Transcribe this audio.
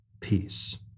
peace